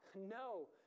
No